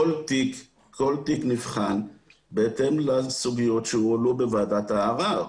כל תיק נבחן בהתאם לסוגיות שהועלו בוועדת הערער.